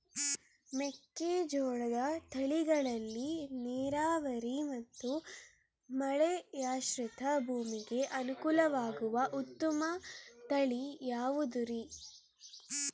ಮೆಕ್ಕೆಜೋಳದ ತಳಿಗಳಲ್ಲಿ ನೇರಾವರಿ ಮತ್ತು ಮಳೆಯಾಶ್ರಿತ ಭೂಮಿಗೆ ಅನುಕೂಲವಾಗುವ ಉತ್ತಮ ತಳಿ ಯಾವುದುರಿ?